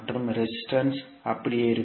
மற்றும் ரெசிஸ்டன்ஸ் அப்படியே இருக்கும்